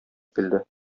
килде